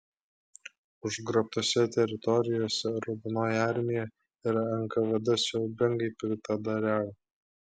užgrobtose teritorijose raudonoji armija ir nkvd siaubingai piktadariavo